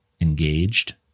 engaged